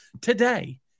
today